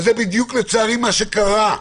וזה בדיוק, לצערי, מה שקרה.